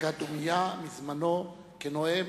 דקה דומייה מזמנו כנואם,